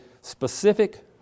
specific